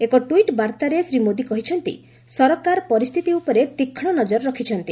ଏକ ଟ୍ୱିଟ୍ ବାର୍ଭରେ ଶ୍ରୀ ମୋଦୀ କହିଛନ୍ତି ସରକାର ପରିସ୍ଥିତି ଉପରେ ତୀକ୍ଷ୍ମ ନଜର ରଖିଛନ୍ତି